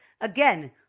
Again